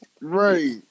Right